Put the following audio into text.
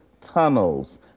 tunnels